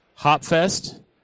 Hopfest